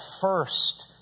first